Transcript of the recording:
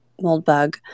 moldbug